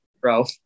bro